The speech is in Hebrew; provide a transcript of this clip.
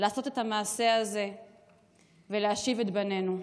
לעשות את המעשה הזה ולהשיב את בנינו.